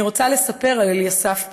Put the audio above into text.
אני רוצה לספר על אליסף פרץ.